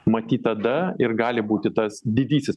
matyt tada ir gali būti tas didysis